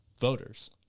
voters